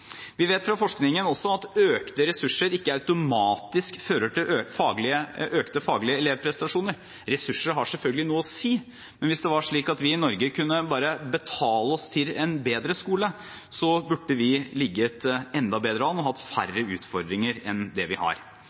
Vi vet også fra forskningen at økte ressurser ikke automatisk fører til økte faglige elevprestasjoner. Ressurser har selvfølgelig noe å si, men hvis det var slik at vi i Norge bare kunne betale oss til en bedre skole, så burde vi ligget enda bedre an og hatt færre utfordringer enn det vi har.